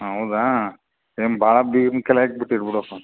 ಹೌದಾ ಏನು ಭಾಳ ಬೀಗರ್ನ ಕಲೆಯಾಕಿ ಬಿಟ್ಟೀರಿ ಬಿಡಪ್ಪ